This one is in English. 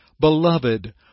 Beloved